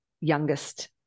youngest